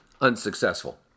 unsuccessful